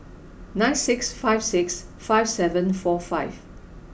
nine six five six five seven four five